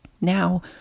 now